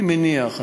אני מניח,